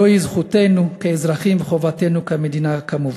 זוהי זכותנו כאזרחים וחובתנו כמדינה, כמובן.